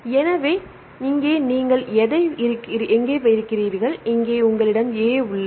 எனவே இங்கே நீங்கள் எங்கே இருக்கிறீர்கள் இங்கே உங்களிடம் A உள்ளது